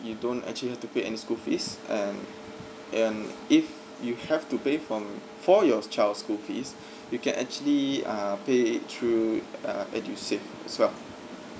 you don't actually have to pay any school fees and and if you have to pay for for your child's school fees you can actually uh pay it through uh edusave swap